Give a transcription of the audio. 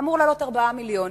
אמור לעלות 4 מיליונים.